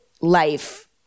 life